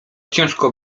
ciężko